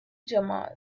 jamal